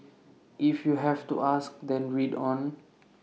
if you have to ask then read on